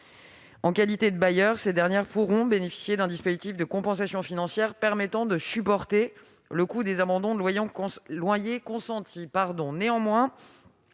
En qualité de bailleurs, ces dernières pourront bénéficier d'un dispositif de compensation financière permettant de supporter le coût des abandons de loyers consentis.